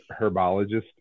herbologist